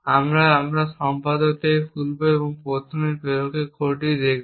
আমরা আমাদের সম্পাদক খুলব এবং প্রথমে প্রেরকের কোডটি দেখব